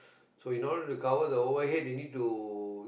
so in order to cover the overhead they need to